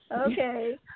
Okay